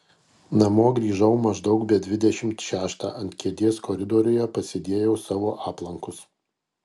namo grįžau maždaug be dvidešimt šeštą ant kėdės koridoriuje pasidėjau savo aplankus